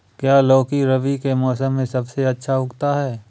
क्या लौकी रबी के मौसम में सबसे अच्छा उगता है?